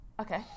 Okay